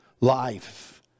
life